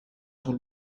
sul